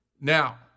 Now